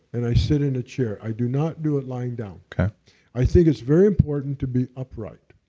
and i sit in a chair. i do not do it lying down i think it's very important to be upright.